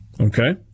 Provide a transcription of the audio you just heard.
Okay